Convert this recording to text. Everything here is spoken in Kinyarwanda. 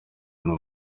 n’u